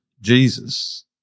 Jesus